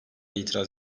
itiraz